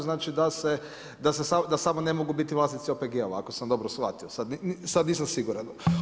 Znači da samo ne mogu biti vlasnici OPG-ova, ako sam dobro shvatio, sada nisam siguran.